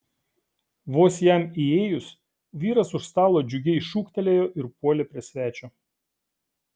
vos jam įėjus vyras už stalo džiugiai šūktelėjo ir puolė prie svečio